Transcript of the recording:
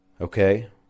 Okay